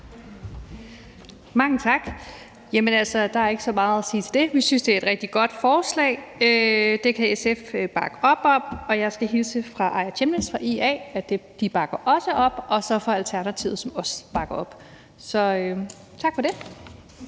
Mange tak. Der er ikke så meget at sige til det. Vi synes, det er et rigtig godt forslag, som SF kan bakke op om. Og jeg skal hilse fra Aaja Chemnitz fra IA og sige, at de også bakker op om forslaget, og også fra Alternativet, som også bakker det op. Tak for det.